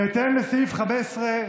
בהתאם לסעיף 15,